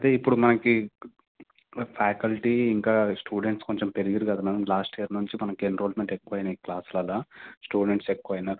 అది ఇప్పుడు మనకి ఫ్యాకల్టీ ఇంకా స్టూడెంట్స్ కొంచెం పెరిగినారు కద మేడమ్ లాస్ట్ ఇయర్ నుంచి మనకి ఎన్రోల్మెంట్ ఎక్కువయ్యాయి క్లాస్లల్లొ స్టూడెంట్స్ ఎక్కువైనారు